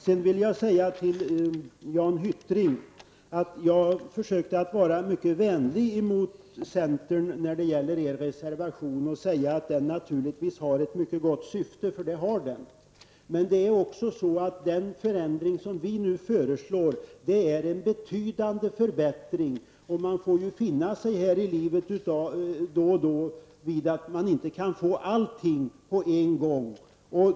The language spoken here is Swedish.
Sedan vill jag säga till Jan Hyttring att jag försökte vara mycket vänlig mot er i centern när jag beträffande er reservation sade att syftet naturligtvis är mycket gott -- så är det ju. Den förändring som vi nu föreslår innebär en betydande förbättring. Men sedan är det ju så, att man då och då får finna sig i att man inte kan få allting här i livet på en gång.